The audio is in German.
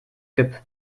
kipp